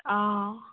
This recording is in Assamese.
অঁ